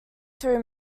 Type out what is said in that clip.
through